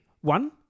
One